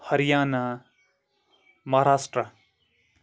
Haryana Maharashtra